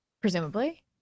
presumably